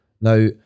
Now